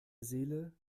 seele